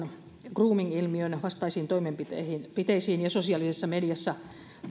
grooming ilmiön vastaisiin toimenpiteisiin ja sosiaalisessa mediassa